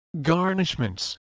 garnishments